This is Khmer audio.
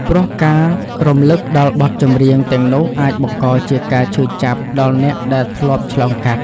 ព្រោះការរំលឹកដល់បទចម្រៀងទាំងនោះអាចបង្កជាការឈឺចាប់ដល់អ្នកដែលធ្លាប់ឆ្លងកាត់។